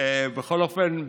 בכל אופן,